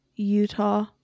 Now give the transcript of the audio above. Utah